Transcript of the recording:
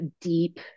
deep